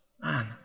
man